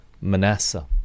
Manasseh